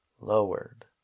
lowered